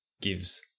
gives